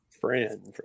Friend